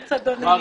אדוני.